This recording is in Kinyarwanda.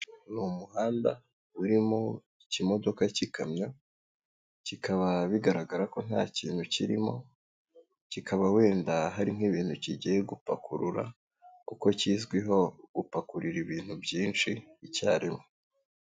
Ni umuhanda urimo ikimodoka cy'ikamyo, kikaba bigaragara ko nta kintu kirimo, kikaba wenda hari nk'ibintu kigiye gupakurura, kuko kizwiho gupakururira ibintu byinshi icyarimwe.